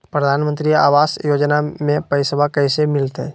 प्रधानमंत्री आवास योजना में पैसबा कैसे मिलते?